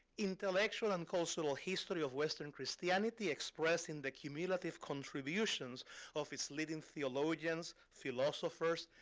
intellectual and cultural history of western christianity, expressing the cumulative contributions of its leading theologians, philosophers,